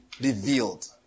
revealed